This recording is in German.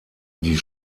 die